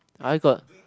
I got